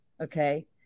Okay